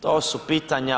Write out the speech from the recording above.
To su pitanja.